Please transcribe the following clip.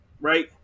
right